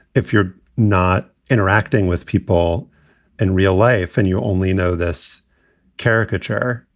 if you're not interacting with people in real life and you only know this caricature.